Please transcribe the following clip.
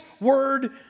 word